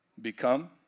become